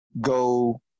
go